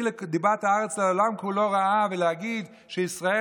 את דיבת הארץ לעולם כולו רעה ולהגיד שישראל,